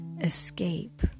escape